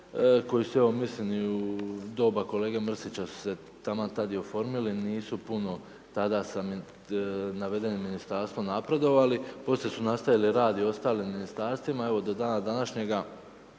koji su evo mislim i u doba kolege Mrsića su se taman tad oformili, nisu puno tada sa navedenim ministarstvom napredovali, poslije su nastavili rad i ostalim ministarstvima i evo do dana današnjega